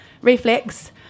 Reflex